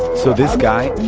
so this guy,